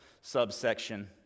subsection